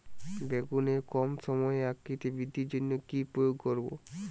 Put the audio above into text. বেগুনের কম সময়ে আকৃতি বৃদ্ধির জন্য কি প্রয়োগ করব?